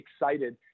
excited